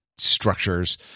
structures